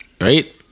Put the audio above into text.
Right